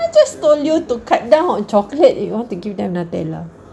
I just told you to cut down on chocolate you want to give them nutella